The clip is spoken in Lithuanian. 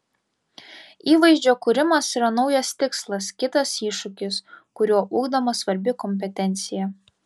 įvaizdžio kūrimas yra naujas tikslas kitas iššūkis kuriuo ugdoma svarbi kompetencija